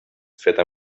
feta